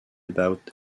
about